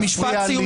ידבר.